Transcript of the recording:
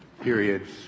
periods